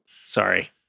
Sorry